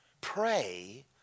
pray